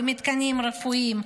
במתקנים רפואיים,